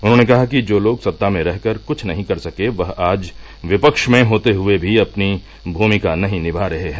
उन्होंने कहा कि जो लोग सत्ता में रहकर कुछ नहीं कर सके वह आज विपक्ष में होते हुए भी अपनी भूमिका नहीं निमा रहे हैं